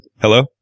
hello